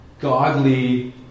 godly